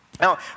Now